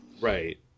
Right